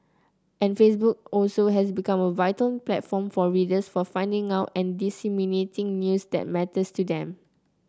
and Facebook also has become a vital platform for readers for finding out and disseminating news that matters to them